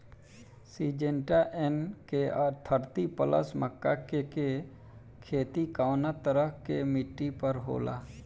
Syngenta NK thirty plus मक्का के के खेती कवना तरह के मिट्टी पर होला?